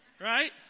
right